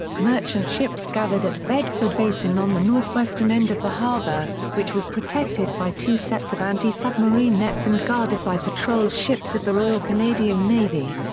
merchant ships gathered at bedford basin on the northwestern end of the harbour, which was protected by two sets of anti-submarine nets and guarded by patrol ships of the royal canadian navy.